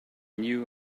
new